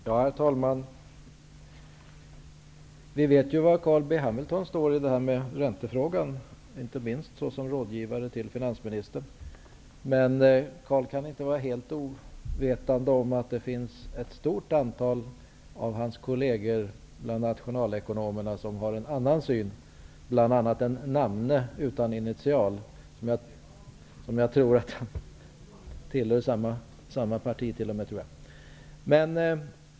Herr talman! Vi vet var Carl B Hamilton står i räntefrågan, inte minst med tanke på att han är rådgivare till finansministern. Carl B Hamilton kan inte vara helt ovetande om att ett stort antal av hans kolleger bland nationalekonomerna har en annan syn -- bl.a. en namne utan initial, som jag tror t.o.m. tillhör samma parti.